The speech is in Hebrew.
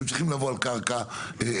הם צריכים לבוא על קרקע יציבה.